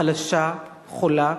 חלשה, חולה,